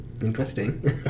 Interesting